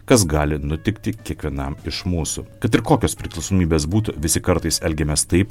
kas gali nutikti kiekvienam iš mūsų kad ir kokios priklausomybės būtų visi kartais elgiamės taip